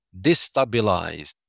destabilized